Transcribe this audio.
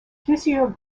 plusieurs